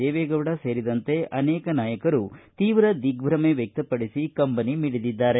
ದೇವೆಗೌಡ ಸೇರಿದಂತೆ ಅನೇಕ ನಾಯಕರು ತೀವ್ರ ದಿಗ್ದಮೆ ವ್ಯಕ್ತಪಡಿಸಿ ಕಂಬನಿ ಮಿಡಿದಿದ್ದಾರೆ